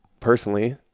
personally